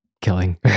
Killing